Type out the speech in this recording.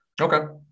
Okay